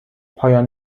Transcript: پایان